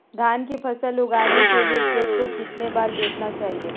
धान की फसल उगाने के लिए खेत को कितने बार जोतना चाइए?